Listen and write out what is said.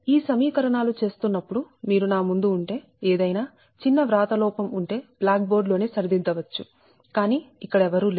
ఈ సమీకరణాలు చేస్తున్నప్పుడు మీరు నా ముందు ఉంటే ఏ దైనా చిన్న వ్రాత లోపం ఉంటే బ్లాక్ బోర్డ్లోనే సరిదిద్దవచ్చు కాని ఇక్కడ ఎవరూ లేరు